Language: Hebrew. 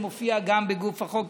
וזה מופיע גם בגוף החוק,